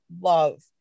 love